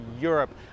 Europe